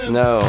no